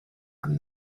from